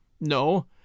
No